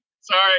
Sorry